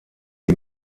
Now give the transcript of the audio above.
die